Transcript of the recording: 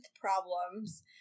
problems